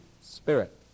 spirit